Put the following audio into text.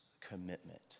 commitment